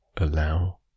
Allow